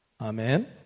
Amen